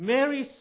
Mary